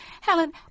helen